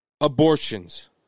abortions